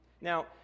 Now